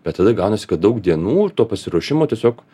bet tada gaunasi kad daug dienų to pasiruošimo tiesiog